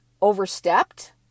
overstepped